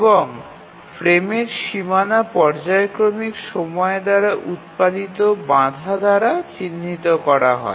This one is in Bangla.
এবং ফ্রেমের সীমানা পর্যায়ক্রমিক সময় দ্বারা উত্পাদিত বাধা দ্বারা চিহ্নিত করা হয়